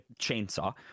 chainsaw